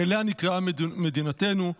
שאליה נקראה מדינתנו,